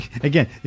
again